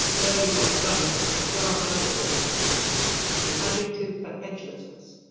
there you will discover a dark light word an adjective for edgelessness